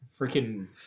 Freaking